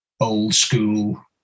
old-school